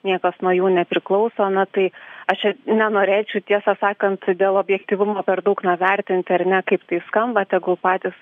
niekas nuo jų nepriklauso na tai aš čia nenorėčiau tiesą sakant dėl objektyvumo per daug na vertinti ar ne kaip tai skamba tegul patys